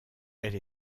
elle